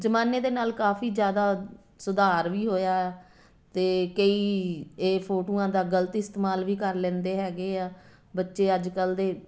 ਜ਼ਮਾਨੇ ਦੇ ਨਾਲ ਕਾਫੀ ਜ਼ਿਆਦਾ ਸੁਧਾਰ ਵੀ ਹੋਇਆ ਅਤੇ ਕਈ ਇਹ ਫੋਟੋਆਂ ਦਾ ਗਲਤ ਇਸਤੇਮਾਲ ਵੀ ਕਰ ਲੈਂਦੇ ਹੈਗੇ ਆ ਬੱਚੇ ਅੱਜ ਕੱਲ੍ਹ ਦੇ